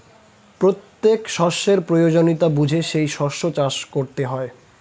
প্রত্যেক শস্যের প্রয়োজনীয়তা বুঝে সেই শস্য চাষ করতে হয়